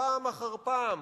פעם אחר פעם,